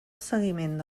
seguiment